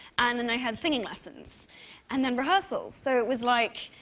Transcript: and then i had singing lessons and then rehearsals. so it was like,